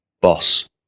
boss